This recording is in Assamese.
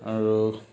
আৰু